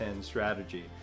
strategy